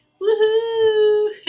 Woohoo